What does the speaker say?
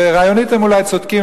ורעיונית הם אולי צודקים,